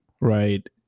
right